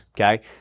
okay